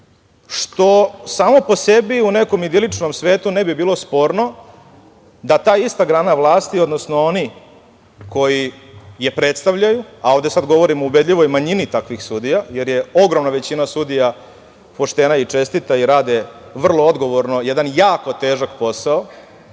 što samo po sebi u nekom idiličnom svetu ne bi bilo sporno da ta ista grana vlasti, odnosno oni koji je predstavljaju, a ovde sada govorimo o ubedljivoj manjini takvih sudija, jer je ogromna većina sudija poštena i čestita i rade vrlo odgovorno i rade jedan jako težak posao,